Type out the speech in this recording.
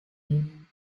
nehmen